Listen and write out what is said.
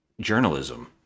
journalism